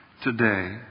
today